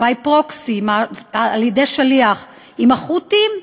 by proxy, על-ידי שליח, עם החות'ים,